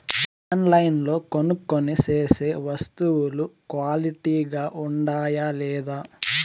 ఆన్లైన్లో కొనుక్కొనే సేసే వస్తువులు క్వాలిటీ గా ఉండాయా లేదా?